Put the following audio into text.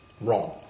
Wrong